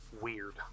weird